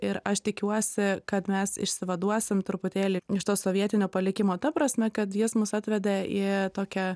ir aš tikiuosi kad mes išsivaduosime truputėlį iš to sovietinio palikimo ta prasme kad jas mus atvedė į tokią